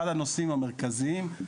אחד הנושאים המרכזיים הוא